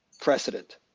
precedent